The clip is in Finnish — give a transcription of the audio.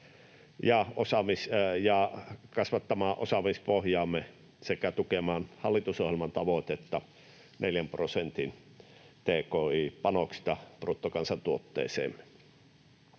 ja kasvattamaan osaamispohjaamme sekä tukemaan hallitusohjelman tavoitetta neljän prosentin tki-panoksista bruttokansantuotteeseemme.